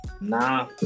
nah